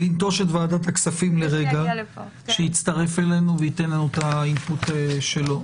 לנטוש את ועדת הכספים לרגע ולהצטרף אלינו וייתן לנו את האימפוט שלו.